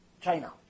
China